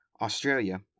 Australia